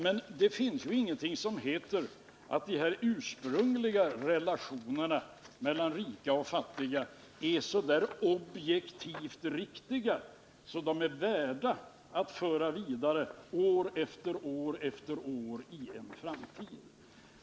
Men det finns ingenting som säger att de ursprungliga relationerna i skattehänseende mellan rika och fattiga är så objektivt riktiga att de är värda att föra vidare år efter år för all framtid.